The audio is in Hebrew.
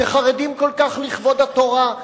שחרדים כל כך לכבוד התורה,